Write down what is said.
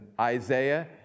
Isaiah